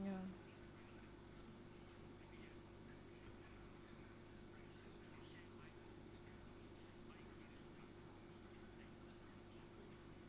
ya